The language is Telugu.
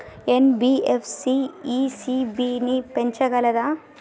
ఎన్.బి.ఎఫ్.సి ఇ.సి.బి ని పెంచగలదా?